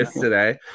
today